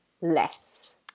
less